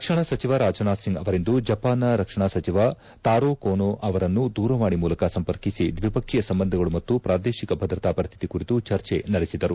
ರಕ್ಷಣಾ ಸಚಿವ ರಾಜ್ನಾಥ್ ಸಿಂಗ್ ಅವರಿಂದು ಜಪಾನ್ನ ರಕ್ಷಣಾ ಸಚಿವ ತಾರೋ ಕೋನೊ ಅವರನ್ನು ದೂರವಾಣಿ ಮೂಲಕ ಸಂಪರ್ಕಿಸಿ ದ್ವಿಪಕ್ಷೀಯ ಸಂಬಂಧಗಳು ಮತ್ತು ಪ್ರಾದೇಶಿಕ ಭದ್ರತಾ ಪರಿಸ್ವಿತಿ ಕುರಿತು ಚರ್ಚೆ ನಡೆಸಿದರು